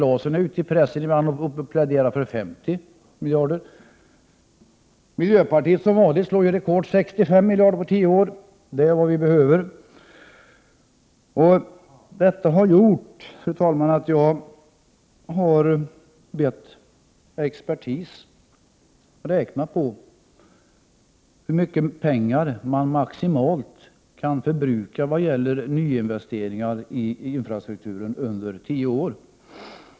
Viola Claesson pläderar ibland i pressen för 50 miljarder kronor. Miljöpartiet slår som vanligt rekord — 65 miljarder kronor under en tioårsperiod är vad vi behöver. Fru talman! Jag har bett expertis räkna på hur mycket pengar man maximalt kan förbruka vad gäller nyinvesteringar i infrastrukturen under en tioårsperiod.